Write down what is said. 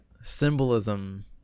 symbolism